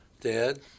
dad